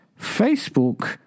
Facebook